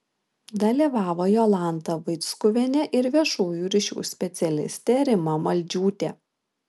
dalyvavo jolanta vaickuvienė ir viešųjų ryšių specialistė rima maldžiūtė